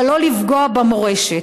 אבל לא לפגוע במורשת.